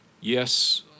Yes